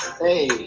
Hey